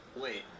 wait